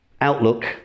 outlook